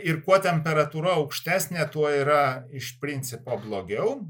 ir kuo temperatūra aukštesnė tuo yra iš principo blogiau